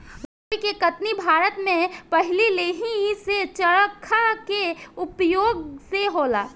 रुई के कटनी भारत में पहिलेही से चरखा के उपयोग से होला